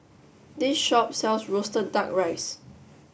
this shop sells Roasted Duck Rice